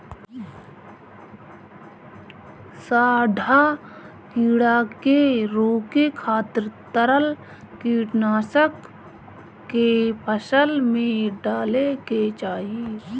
सांढा कीड़ा के रोके खातिर तरल कीटनाशक के फसल में डाले के चाही